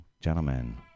gentlemen